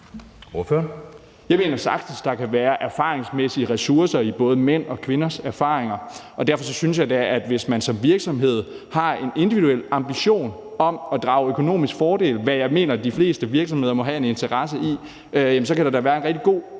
Jeg mener sagtens, der kan være ressourcer i både mænds og kvinders erfaringer, og derfor synes jeg da, at hvis man som virksomhed har en individuel ambition om at have en økonomisk fordel – hvad jeg mener de fleste virksomheder må have en interesse i – så kan der da være en fordel i